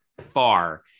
far